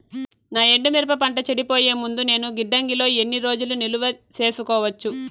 నా ఎండు మిరప పంట చెడిపోయే ముందు నేను గిడ్డంగి లో ఎన్ని రోజులు నిలువ సేసుకోవచ్చు?